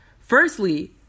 Firstly